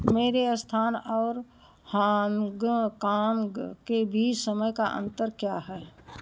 मेरे स्थान और हांगकांग के बीच समय का अंतर क्या है